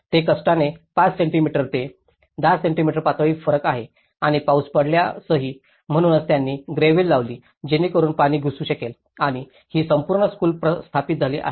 हे कष्टाने 5 सेंटीमीटर ते 10 सेंटीमीटर पातळी फरक आहे आणि पाऊस पडल्यासही म्हणूनच त्यांनी ग्रेव्हल लावली जेणेकरून पाणी घुसू शकेल आणि ही संपूर्ण स्कूल स्थापित झाली आहे